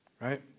right